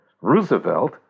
Roosevelt